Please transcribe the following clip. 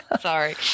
Sorry